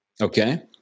okay